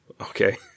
okay